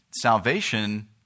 salvation